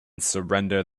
surrender